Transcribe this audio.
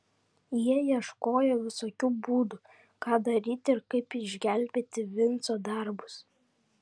jie ieškojo visokių būdų ką daryti ir kaip išgelbėti vinco darbus